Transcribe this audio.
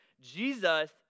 Jesus